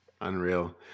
Unreal